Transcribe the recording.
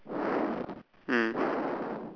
mm